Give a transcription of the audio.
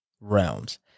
realms